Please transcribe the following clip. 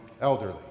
elderly